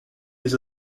les